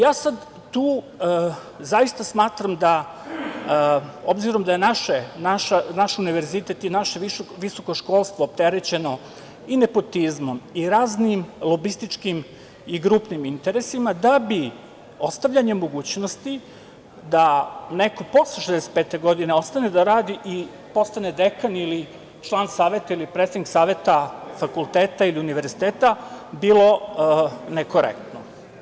Ja sad tu zaista smatram, obzirom da je naš univerzitet i naše visoko školstvo opterećeno i nepotizmom i raznim lobističkim i grupnim interesima, da bi ostavljanje mogućnosti da neko posle 65. godine ostane da radi i postane dekan ili član saveta ili predsednik saveta fakulteta ili univerziteta, bilo nekorektno.